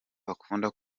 akunda